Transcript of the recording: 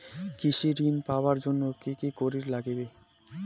কৃষি ঋণ পাবার জন্যে কি কি করির নাগিবে?